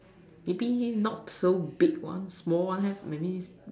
maybe not so big ones small one have maybe